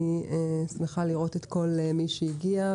אני שמחה לראות את כל מי שהגיע,